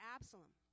Absalom